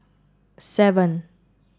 seven